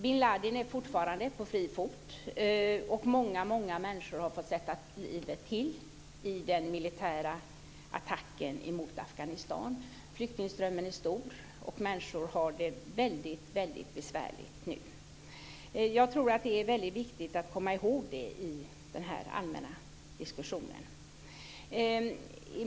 bin Ladin är fortfarande på fri fot, och många, många människor har fått sätta livet till i den militära attacken mot Afghanistan. Flyktingströmmen är stor, och människor har det väldigt besvärligt nu. Jag tror att det är viktigt att komma ihåg det i den allmänna diskussionen.